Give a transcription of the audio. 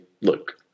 look